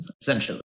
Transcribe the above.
essentially